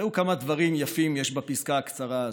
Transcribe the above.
ראו כמה דברים יפים יש בפסקה הקצרה הזאת: